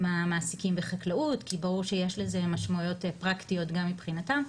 המעסיקים בחקלאות כי ברור שיש לזה משמעויות פרקטיות גם מבחינתם,